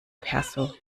perso